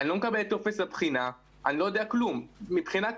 אני לא מקבל את טופס הבחינה, אני לא יודע כלום.